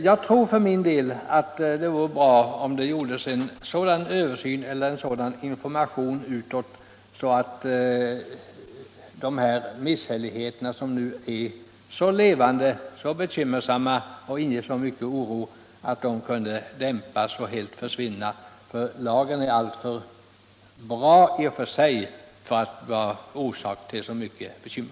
Jag tror det vore bra om det gjordes en sådan översyn av lagen och lämnades sådan information att de bekymmersamma problem och misshälligheter som nu finns och som inger så mycken oro kunde dämpas och kanske helt försvinna. Lagen i och för sig är alldeles för bra för att vara orsak till så mycket bekymmer.